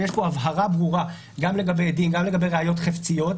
ופה יש הבהרה ברורה לגבי עדים וגם לגבי ראיות חפציות.